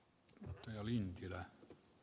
arvoisa puhemies